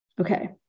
Okay